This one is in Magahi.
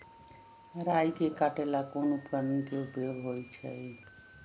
राई के काटे ला कोंन उपकरण के उपयोग होइ छई?